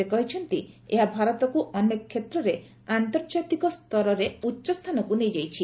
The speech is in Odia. ସେ କହିଛନ୍ତି ଏହା ଭାରତକୁ ଅନେକ କ୍ଷେତ୍ରରେ ଆନ୍ତର୍କାତିକ ସ୍ତରରେ ଉଚ୍ଚ ସ୍ଥାନକୁ ନେଇଯାଇଛି